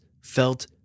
felt